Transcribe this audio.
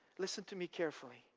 listen to me carefully,